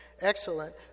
excellent